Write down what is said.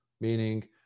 meaning